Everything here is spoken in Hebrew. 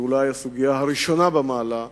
היא אולי הסוגיה הראשונה במעלה.